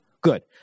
good